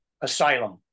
asylum